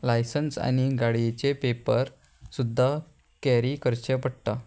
licence आनी गाडयेचे paper सुद्दां कॅरी करचे पडटा